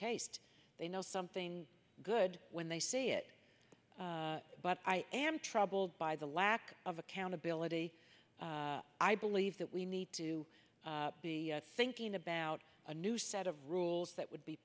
taste they know something good when they see it but i am troubled by the lack of accountability i believe that we need to be thinking about a new set of rules that would be